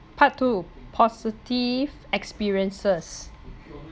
part two positive experiences